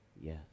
yes